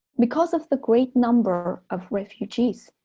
because of the great number of refugees,